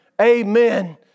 Amen